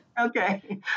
Okay